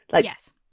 Yes